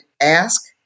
ask